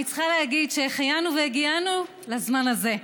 ואני צריכה להגיד שהחיינו והגיענו לזמן הזה.